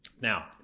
Now